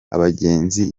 abagenzi